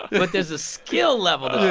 but there's a skill level